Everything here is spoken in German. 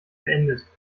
beendet